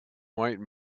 white